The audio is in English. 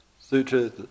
Sutra